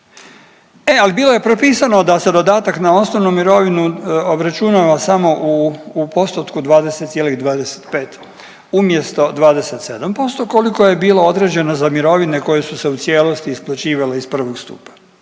E, ali bilo je propisano da se dodatak na osnovnu mirovinu obračunava samo u, u postotku 20,25 umjesto 27% koliko je bilo određeno za mirovine koje su se u cijelosti isplaćivale iz 1. stupa.